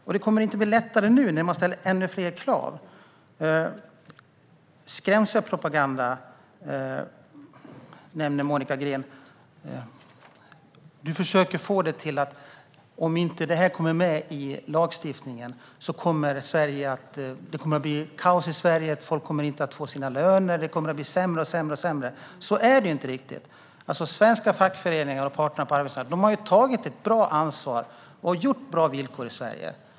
Och det kommer inte att bli lättare nu, när man ställer ännu fler krav. Du nämnde skrämselpropaganda. Du försöker få det till att om inte detta kommer med i lagstiftningen kommer det att bli kaos i Sverige. Folk kommer inte att få sina löner, och det kommer att bli allt sämre. Så är det inte riktigt. Svenska fackföreningar och parterna på arbetsmarknaden har tagit ett bra ansvar och gjort bra villkor i Sverige.